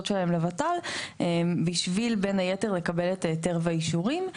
שלהם לוות"ל בשביל בן היתר לקבל את ההיתר והאישורים.